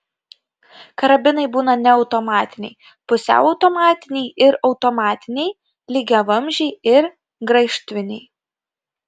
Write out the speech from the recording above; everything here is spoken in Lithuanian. karabinai būna neautomatiniai pusiau automatiniai ir automatiniai lygiavamzdžiai ir graižtviniai